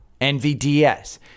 NVDS